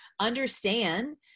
understand